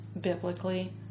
biblically